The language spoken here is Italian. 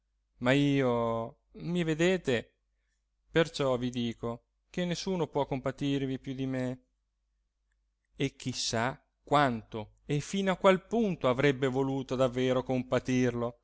ma io mi vedete perciò vi dico che nessuno può compatirvi più di me e chi sa quanto e fino a qual punto avrebbe voluto davvero compatirlo